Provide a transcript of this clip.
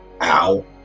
ow